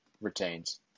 retains